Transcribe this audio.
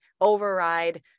override